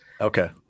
Okay